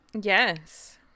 Yes